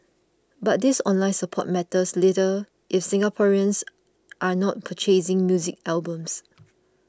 but this online support matters little if Singaporeans are not purchasing music albums